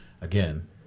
Again